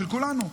של כולנו,